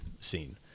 scene